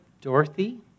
Dorothy